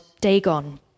Dagon